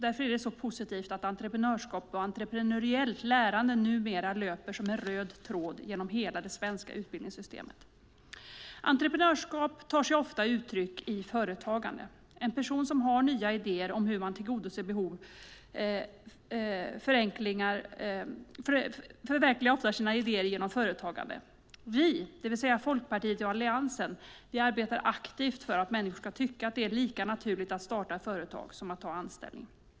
Därför är det så positivt att entreprenörskap och entreprenöriellt lärande numera löper som en röd tråd genom hela det svenska utbildningssystemet. Entreprenörskap tar sig ofta uttryck i företagande. En person som har nya idéer om hur man tillgodoser behov förverkligar ofta sina idéer genom företagande. Vi, det vill säga Folkpartiet och Alliansen, arbetar aktivt för att människor ska tycka att det är lika naturligt att starta företag som att ta anställning.